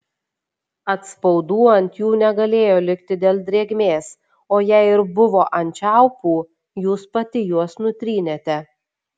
atspaudų ant jų negalėjo likti dėl drėgmės o jei ir buvo ant čiaupų jūs pati juos nutrynėte